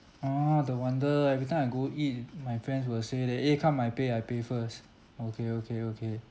oh the wonder every time I go eat with my friends will say that eh come I pay I pay first okay okay okay